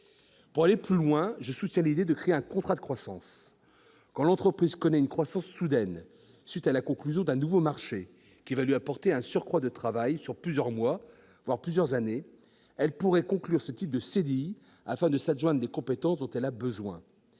Pour aller plus loin, je soutiens l'idée de créer un contrat de croissance. Une entreprise confrontée à une croissance soudaine à la suite de la conclusion d'un nouveau marché qui lui apporte un surcroît de travail sur plusieurs mois, voire plusieurs années, pourrait conclure ce type de CDI afin de s'adjoindre les compétences dont elle a besoin.